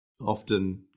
often